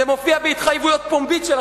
זה מופיע בהתחייבות פומבית שלכם.